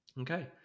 Okay